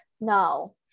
No